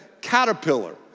caterpillar